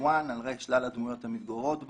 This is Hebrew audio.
סילוואן על שלל הדמויות המתגוררות בו,